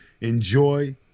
enjoy